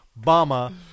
Bama